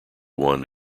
won